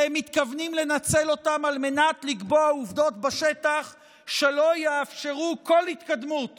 והם מתכוונים לנצל אותם על מנת לקבוע עובדות בשטח שלא יאפשרו כל התקדמות